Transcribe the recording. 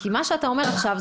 כי מה שאתה אומר עכשיו,